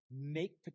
make